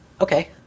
Okay